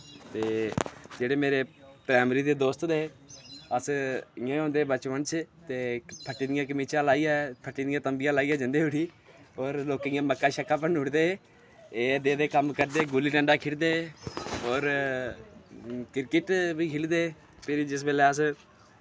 ते जेहड़े मेरे प्राइमरी दे दोस्त थे अस इ'यां गै होंदे हे बचपन च ते फटटी दियां कमीचा लाईंयै फटटी दियां तबिंयां लाईयै जंदे उठी होर लोकें दियां मक्कां छक्कां भन्नुड़ दे हे एह् दे दे कम्म करदे हे गुल्ली डंडा खेलदे हे और क्रिकेट बी खेलदे हे फ्ही जिस बेल्लै अस